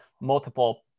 multiple